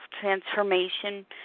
transformation